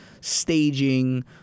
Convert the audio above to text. staging